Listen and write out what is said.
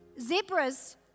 Zebras